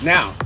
Now